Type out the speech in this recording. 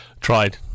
Tried